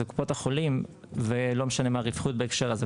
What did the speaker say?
אלה קופות החולים ולא משנה מה הרווחיות בשוק הזה,